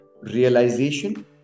realization